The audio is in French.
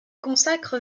consacre